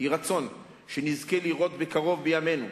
יהי רצון שנזכה לראות בקרוב בימינו,